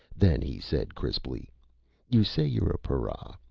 then he said crisply you say you're para.